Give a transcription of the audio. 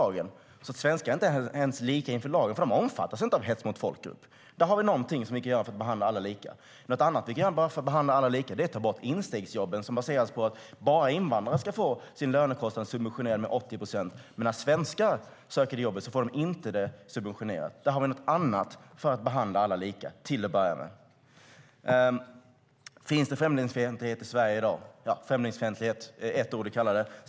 Alla är alltså inte ens lika inför lagen, för svenskar omfattas inte av lagen om hets mot folkgrupp. Där har vi någonting som ni kan göra för att behandla alla lika. Något annat som ni kan göra för att behandla alla lika är att ta bort instegsjobben som innebär att bara invandrare ska få sin lönekostnad subventionerad med 80 procent, medan svenskar som söker samma jobb inte får sin lön subventionerad. Där har vi en annan sak som man kan göra för att behandla alla lika. Finns det främlingsfientlighet i Sverige i dag? Främlingsfientlighet är ett ord man kan använda.